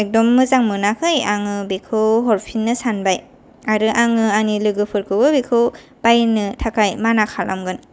एखदम मोजां मोनाखै आङो बेखौ हरफिननो सानबाय आरो आङो आंनि लोगोफोरखौबो बेखौ बायनो थाखाय माना खालामगोन